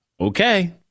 Okay